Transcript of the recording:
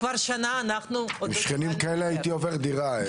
כבר שנה --- עם שכנים כאלה הייתי עובר דירה.